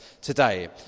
today